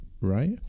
right